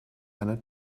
einer